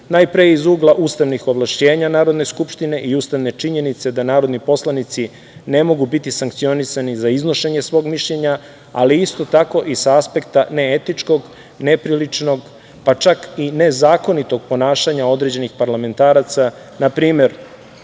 najpre iz ugla ustavnih ovlašćenja Narodne skupštine i ustavne činjenice da narodni poslanici ne mogu biti sankcionisani za iznošenje svog mišljenja, ali isto tako i sa aspekta neetičkog, ne priličnog, pa čak i nezakonitog ponašanja određenih parlamentaraca. Na primer,